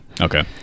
Okay